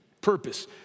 purpose